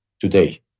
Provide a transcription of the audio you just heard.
today